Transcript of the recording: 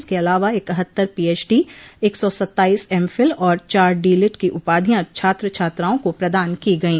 इसके अलावा इकहत्तर पीएचडी एक सौ सत्ताइस एम फिल और चार डोलिट की उपाधियां छात्र छात्राओं को प्रदान की गयी